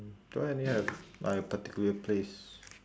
don't really have like a particular place